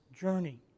journey